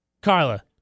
Carla